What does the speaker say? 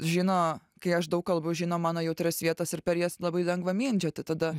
žino kai aš daug kalbu žino mano jautrias vietas ir per jas labai lengva mindžioti tada